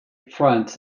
fronts